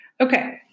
Okay